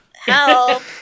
help